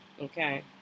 okay